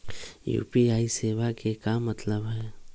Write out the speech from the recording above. UPI सेवा के का मतलब है?